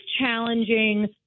challenging